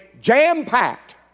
jam-packed